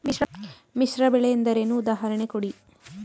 ಮಿಶ್ರ ಬೆಳೆ ಎಂದರೇನು, ಉದಾಹರಣೆ ಕೊಡಿ?